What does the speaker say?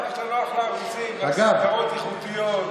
גם יתר הפרטים במסמך של אהוד